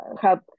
help